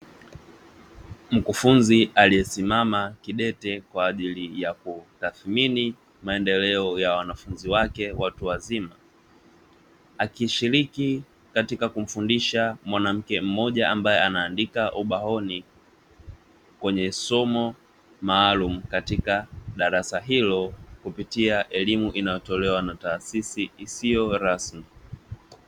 Mkufunzi aliyesimama kidete kwa ajili ya kutathmini maendeleo ya wanafunzi wake watu wazima, akishiriki katika kumfundisha mwanamke mmoja ambaye anaandika ubaoni kwenye somo maalumu, katika darasa hilo kupitia elimu inayotolewa na taasisi isiyo rasmi.